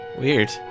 weird